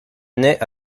naît